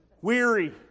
weary